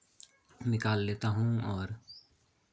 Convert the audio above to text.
निकाल लेता हूँ और